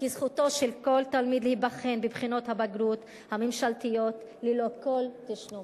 כי זכותו של כל תלמיד להיבחן בבחינות הבגרות הממשלתיות ללא כל תשלום.